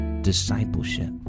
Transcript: discipleship